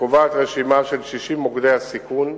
וקובעת רשימה של 60 מוקדי סיכון,